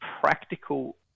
practical